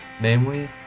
namely